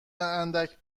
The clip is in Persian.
اندک